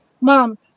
Mom